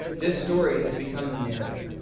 this story has become the narrative,